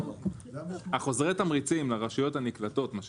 אחוזי התמריצים לרשויות הנקלטות מה שנקרא,